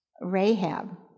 Rahab